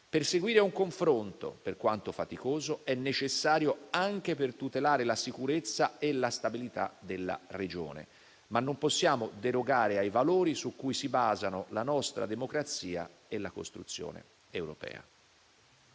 Perseguire un confronto, per quanto faticoso, è necessario anche per tutelare la sicurezza e la stabilità della regione, ma non possiamo derogare ai valori su cui si basano la nostra democrazia e la costruzione europea.